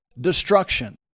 destruction